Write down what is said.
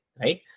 right